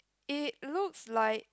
it looks like